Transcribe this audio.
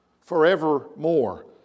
forevermore